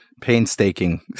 painstaking